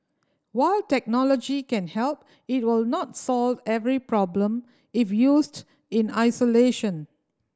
while technology can help it will not solve every problem if used in isolation